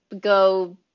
go